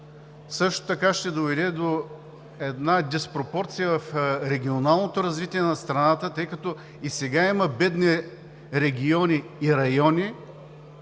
също така ще доведе до една диспропорция в регионалното развитие на страната, тъй като и сега има бедни региони, бедни райони,